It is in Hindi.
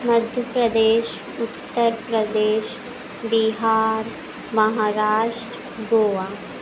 मध्य प्रदेश उत्तर प्रदेश बिहार महाराष्ट्र गोआ